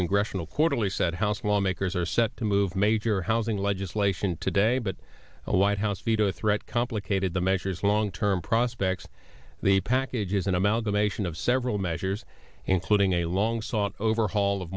congressional quarterly said house lawmakers are set to move major housing legislation today but a white house veto threat complicated the measures long term prospects the package is an amalgamation of several measures including a long sought overhaul